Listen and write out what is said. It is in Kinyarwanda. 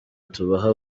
tubaha